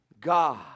god